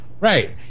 Right